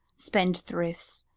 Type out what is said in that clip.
spend thrifts,